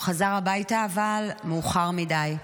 הוא חזר הביתה, אבל מאוחר מדי.